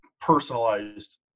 personalized